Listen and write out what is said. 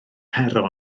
pero